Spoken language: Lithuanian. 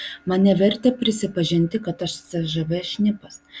mane vertė prisipažinti kad aš cžv šnipas